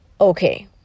okay